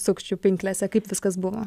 sukčių pinklėse kaip viskas buvo